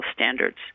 standards